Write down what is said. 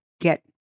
get